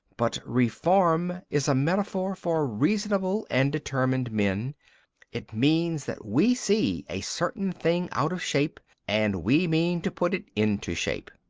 but reform is a metaphor for reasonable and determined men it means that we see a certain thing out of shape and we mean to put it into shape.